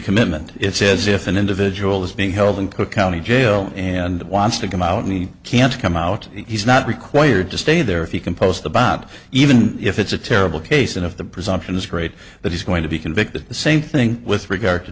commitment it says if an individual is being held in cook county jail and wants to come out and he can't come out he's not required to stay there if you can post about even if it's a terrible case and if the presumption is great that he's going to be convicted the same thing with regard to